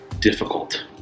Difficult